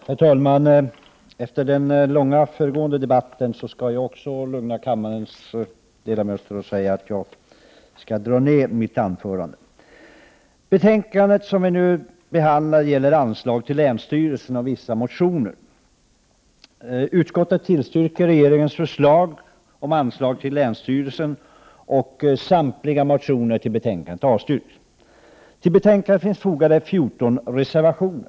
Herr talman! Efter den långa föregående debatten vill också jag lugna kammarens ledamöter med beskedet att jag skall korta av mitt anförande. I det betänkande som vi nu debatterar behandlas anslag till länsstyrelserna och vissa motioner i anslutning härtill. Bostadsutskottet tillstyrker regeringens förslag om anslag till länsstyrelserna. Samtliga motioner som behandlas i betänkandet avstyrks. Till betänkandet har fogats 14 reservationer.